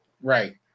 right